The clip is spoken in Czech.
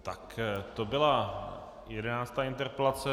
Tak to byla 11. interpelace.